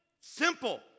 simple